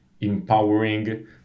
empowering